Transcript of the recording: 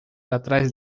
atrás